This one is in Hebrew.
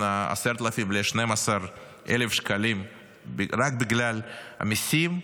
10,000 ל-12,000 שקלים רק בגלל המיסים,